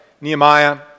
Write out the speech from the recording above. Nehemiah